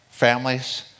Families